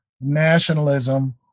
nationalism